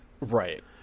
right